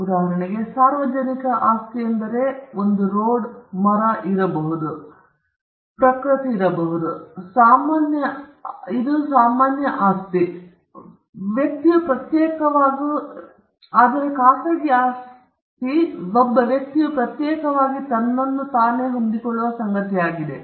ಉದಾಹರಣೆಗೆ ಸಾರ್ವಜನಿಕ ಆಸ್ತಿ ಸಾಮಾನ್ಯವಾಗಿದೆ ನೀವು ಸಾಮಾನ್ಯ ಎಂದು ಕರೆಯುತ್ತಿದ್ದರೆ ಖಾಸಗಿ ಆಸ್ತಿ ಒಬ್ಬ ವ್ಯಕ್ತಿಯು ಪ್ರತ್ಯೇಕವಾಗಿ ತನ್ನನ್ನು ತಾನೇ ಹೊಂದಿಕೊಳ್ಳುವ ಸಂಗತಿಯಾಗಿದೆ